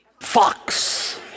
fox